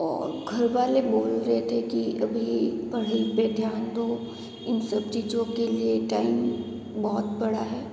और घर वाले बोल रहे थे कि अभी पढ़ाई पर ध्यान दो इन सब चीज़ों के लिए टाइम बहुत पड़ा है